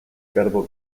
calvo